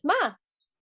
maths